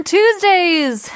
Tuesdays